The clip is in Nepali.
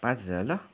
पाँच हजार ल